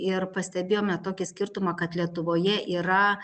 ir pastebėjome tokį skirtumą kad lietuvoje yra